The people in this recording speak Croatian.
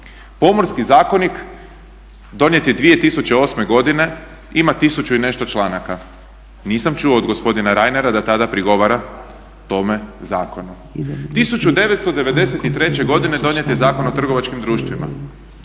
Pomorski zakonik donijet je 2008.godine ima tisuću i nešto članaka, nisam čuo od gospodina Reinera da tada prigovara tome zakonu. 1993.godine donijet je Zakon o trgovačkim društvima